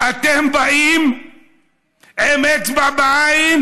אתם באים עם אצבע בעין: